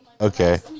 Okay